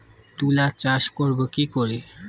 তুলা চাষ করব কি করে?